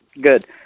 Good